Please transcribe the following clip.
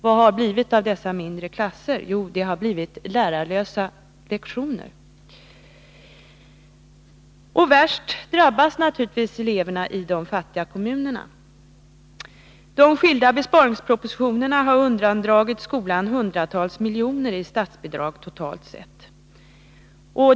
Vad har blivit av dessa mindre klasser? Jo, det har blivit lärarlösa lektioner. Värst drabbas naturligtvis eleverna i de fattiga kommunerna. De skilda besparingspropositionerna har undandragit skolan hundratals miljoner i statsbidrag totalt sett.